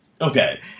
Okay